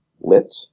lit